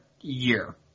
year